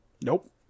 Nope